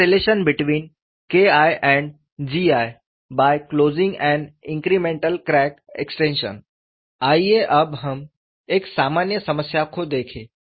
interrelation between KI and GI by closing an incremental crack extension आइए अब हम एक सामान्य समस्या को देखें